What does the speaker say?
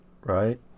Right